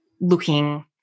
looking